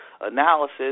analysis